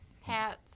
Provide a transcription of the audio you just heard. hats